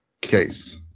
case